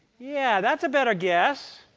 yeah, that's a better guess